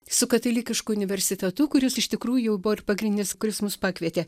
su katalikišku universitetu kuris iš tikrųjų buvo ir pagrindinis kuris mus pakvietė